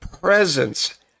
presence